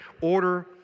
Order